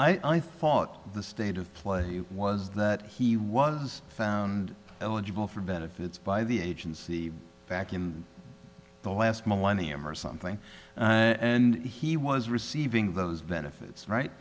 i thought the state of play was that he was found eligible for benefits by the agency back in the last millennium or something and he was receiving those benefits right